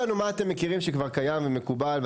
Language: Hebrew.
לנו מה אתם מכירים שכבר קיים ומקובל,